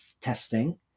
testing